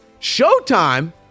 Showtime